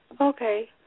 okay